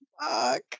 Fuck